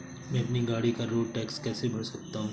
मैं अपनी गाड़ी का रोड टैक्स कैसे भर सकता हूँ?